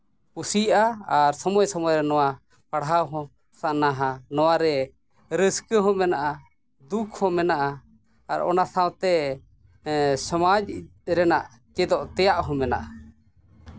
ᱠᱩᱥᱤᱭᱟᱜᱼᱟ ᱟᱨ ᱥᱚᱢᱚᱭ ᱥᱚᱢᱚᱭ ᱨᱮ ᱱᱚᱣᱟ ᱯᱟᱲᱦᱟᱣ ᱦᱚᱸ ᱥᱟᱱᱟᱣᱟ ᱱᱚᱣᱟᱨᱮ ᱨᱟᱹᱥᱠᱟᱹ ᱦᱚᱸ ᱢᱮᱱᱟᱜᱼᱟ ᱫᱩᱠᱷ ᱦᱚᱸ ᱢᱮᱱᱟᱜᱼᱟ ᱟᱨ ᱚᱱᱟ ᱥᱟᱶᱛᱮ ᱥᱚᱢᱟᱡᱽ ᱨᱮᱱᱟᱜ ᱪᱮᱫᱚᱜ ᱛᱮᱭᱟᱜ ᱦᱚᱸ ᱢᱮᱱᱟᱜᱼᱟ